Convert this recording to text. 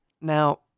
Now